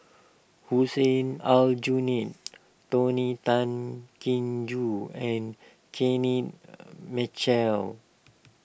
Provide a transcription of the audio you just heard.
Hussein Aljunied Tony Tan Keng Joo and Kenneth Mitchell